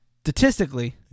statistically